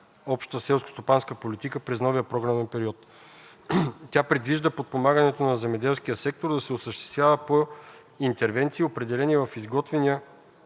Обща селскостопанска политика през новия програмен период. Тя предвижда подпомагането на земеделския сектор да се осъществява по интервенции, определени в изготвения